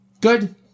Good